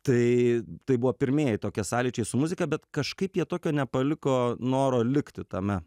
tai tai buvo pirmieji tokie sąlyčiai su muzika bet kažkaip jie tokio nepaliko noro likti tame